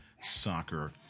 soccer